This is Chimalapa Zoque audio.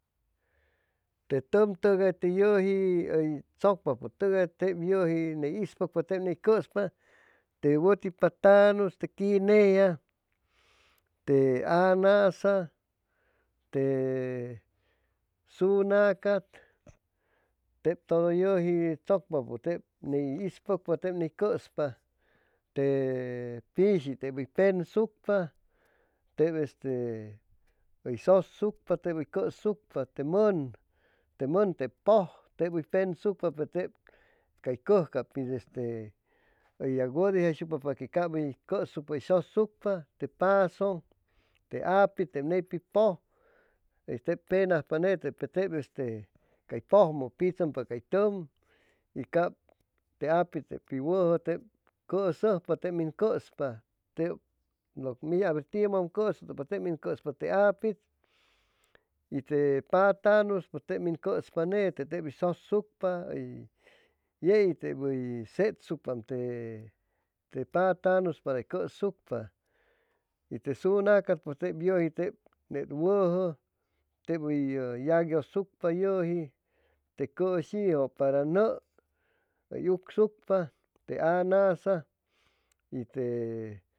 Te tʉm tʉgay te yʉji hʉy chʉcpapʉtʉgay tep yʉji ni ispapʉ tep ney cʉspa te wʉti patanus, te quinea, te anassa, te sunaca tep todo yʉji chʉcpapʉ tep ney ispʉgpa tep ni cʉʉspa te pishi tep hʉy pensucpa tep este hʉy shʉsucpa tep hʉy cʉsucpa, te mʉn, te mʉn tep pʉj tep hʉy pensucpa pe tep cay cʉj cap pit este hʉy yacwʉdʉyjaishucpa paque cap hʉy cʉspa hʉy shʉsucpa, te pazʉŋ, te apit tep neypit pʉj penaajpa nete pe tep este cay pʉjmʉ pichʉmpa cay tʉm y cap te apit tep pi wʉjʉ tep cʉsʉʉjpa tep min cʉʉspa tep mit haber timdo ʉm cʉsʉtʉpa te min cʉʉspa te apit y te patanus pʉj tep min cʉʉspa neete pep hʉy shʉsucpa hʉy yei tep hʉy setsucpaam te patanus para hʉy cʉssucpa y te sunaca pʉj tep yʉji tep ney wʉjʉ tep hʉy yacyʉsucpa yʉji te siʉshiijʉ, para nʉʉ hʉy ucsucpa, te anassa y tee